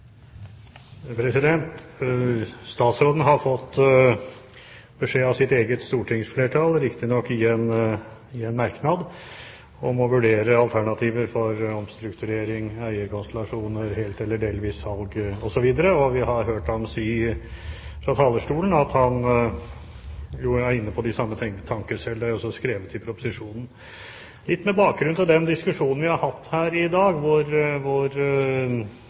Statsråden har fått beskjed av sitt eget stortingsflertall, riktignok i en merknad, om å vurdere alternativer for omstrukturering, eierkonstellasjoner, helt eller delvis salg, osv. Vi har hørt ham si fra talerstolen at han er inne på de samme tanker selv, og det er også skrevet i proposisjonen. Litt med bakgrunn i den diskusjonen vi har hatt her i dag, hvor